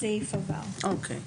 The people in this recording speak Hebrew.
הצבעה הסעיף אושר אוקיי,